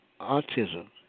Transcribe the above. autism